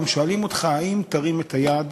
והם שואלים אותך האם תרים את היד